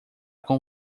com